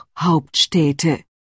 Hauptstädte